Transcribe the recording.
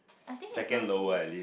I think as long